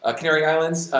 ah canary island,